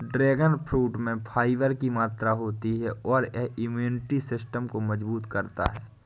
dragon fruit में fibre की मात्रा होती है और यह इम्यूनिटी सिस्टम को मजबूत करता है